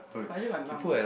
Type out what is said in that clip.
but actually my mom